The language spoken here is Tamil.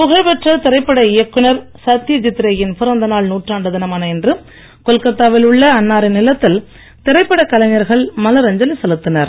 புகழ்பெற்ற திரைப்பட இயக்குனர் சத்யஜித் ரே யின் பிறந்த நாள் நூற்றாண்டு தினமான இன்று கொல்கொத்தா வில் உள்ள அன்னாரின் இல்லத்தில் திரைப்பட கலைஞர்கள் மலர் அஞ்சலி செலுத்தினர்